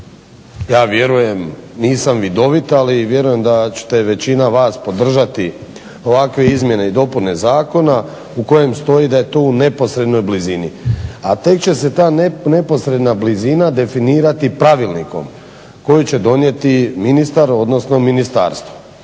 ja vjerujem nisam vidovit ali vjerujem da će većina vas podržati ovakve izmjene i dopune zakona u kojem stoji da je to u neposrednoj blizini. A tek će se ta neposredna blizina definirati pravilnikom koji će donijeti ministar, odnosno ministarstvo.